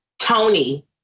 Tony